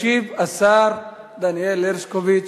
ישיב השר דניאל הרשקוביץ.